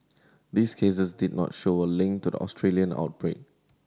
these cases did not show a link to the Australian outbreak